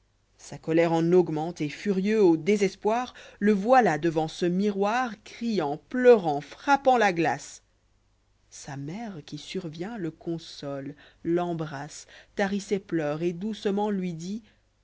sa colère en augmente et furieux au désespoir f le voilà devant ce miroir criant pleuraut frappant la glace sa mère qui survient le console l'embrassa tarit ses pleurs et doucement lui dit